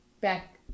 back